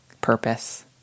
purpose